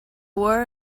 war